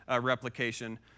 replication